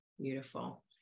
Beautiful